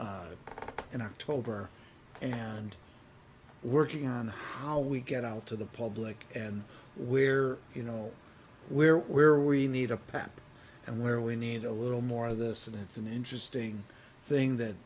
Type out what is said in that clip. e in october and working on how we get out to the public and where you know where where we need a pap and where we need a little more of this and it's an interesting thing that